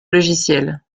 logiciel